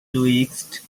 twixt